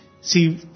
see